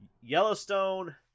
Yellowstone